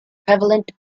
prevalent